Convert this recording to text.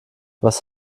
was